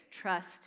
Trust